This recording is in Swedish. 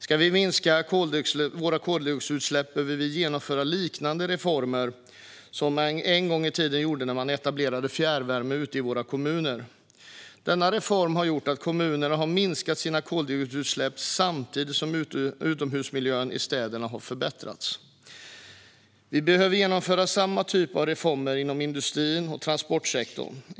Om vi ska minska våra koldioxidutsläpp behöver vi genomföra liknande reformer som man en gång i tiden gjorde när man etablerade fjärrvärme ute i våra kommuner. Denna reform har gjort att kommunerna har minskat sina koldioxidutsläpp samtidigt som utomhusmiljön i städerna har förbättrats. Vi behöver genomföra samma typ av reformer inom industrin och transportsektorn.